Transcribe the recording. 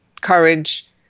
courage